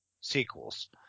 sequels